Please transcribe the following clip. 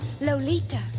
Lolita